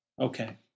Okay